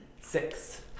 Six